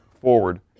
forward